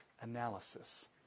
analysis